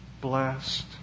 Blessed